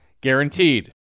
guaranteed